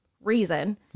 reason